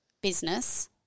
business